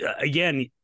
again